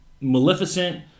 Maleficent